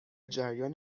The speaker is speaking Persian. جریان